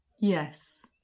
Yes